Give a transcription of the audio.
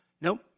Nope